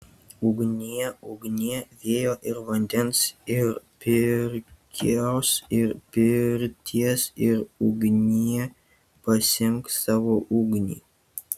ugnie ugnie vėjo ir vandens ir pirkios ir pirties ir ugnie pasiimk savo ugnį